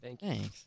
Thanks